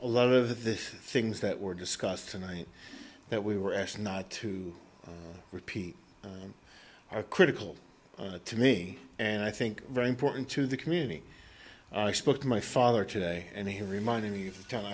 a lot of the things that were discussed tonight that we were asked not to repeat are critical to me and i think very important to the community i spoke to my father today and he reminded me of the town